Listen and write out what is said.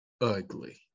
ugly